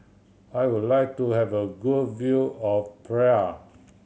I would like to have a good view of Praia